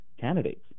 candidates